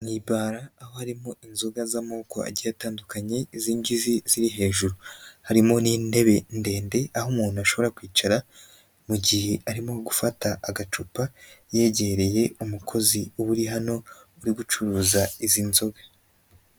Ni ibara aho harimo inzoga z'amoko agiye atandukanye izi ngizi ziri hejuru, harimo n'intebe ndende aho umuntu ashobora kwicara mu gihe arimo gufata agacupa yegereye umukozi uba hano uri gucuruza izi nzoga.